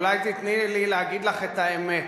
אולי תיתני לי להגיד לך את האמת,